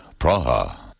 Praha